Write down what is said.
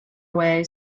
away